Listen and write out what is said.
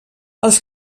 els